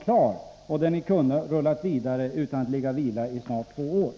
Ni hade kunnat låta det arbetet rulla vidare, i stället för att bara låta det ligga.